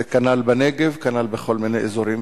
זה כנ"ל בנגב, כנ"ל בכל מיני אזורים.